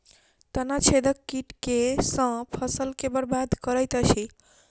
तना छेदक कीट केँ सँ फसल केँ बरबाद करैत अछि?